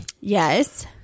Yes